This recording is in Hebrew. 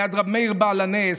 ליד רבי מאיר בעל הנס,